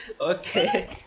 Okay